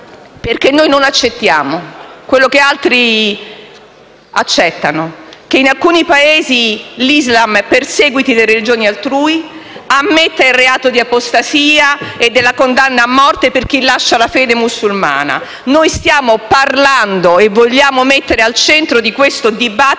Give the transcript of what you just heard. perché, a differenza di altri, non accettiamo che in alcuni Paesi l'Islam perseguiti le religioni altrui, ammetta il reato di apostasia e la condanna a morte per chi lascia la fede musulmana. Noi stiamo parlando e vogliamo mettere al centro di questo dibattito